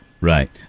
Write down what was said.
right